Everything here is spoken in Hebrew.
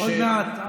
עוד מעט.